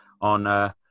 on